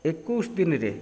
ଏକୋଇଶି ଦିନରେ